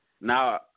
now